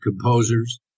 composers